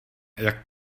jak